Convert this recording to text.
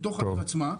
בתוך העיר עצמה,